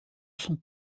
son